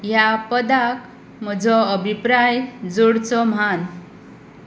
ह्या पदाक म्हजो अभिप्राय जोडचो म्हान